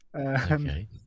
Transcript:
Okay